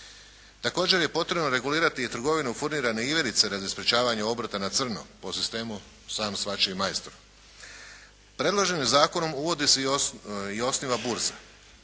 Također je potrebno regulirati i trgovinu furnirane iverice radi sprečavanja obrta na crno po sistemu sam svačiji majstor. Predloženim zakonom uvodi se i osniva burza